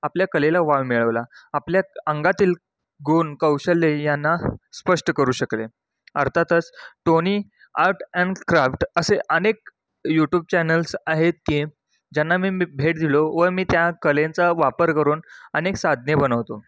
आपल्या कलेला वाव मिळवला आपल्या अंगातील गुण कौशल्य यांना स्पष्ट करू शकले अर्थातच टोनी आर्ट अँड क्राफ्ट असे अनेक यूटूब चॅनल्स आहेत की ज्यांना मी मी भेट दिलो व मी त्या कलांचा वापर करून अनेक साधने बनवतो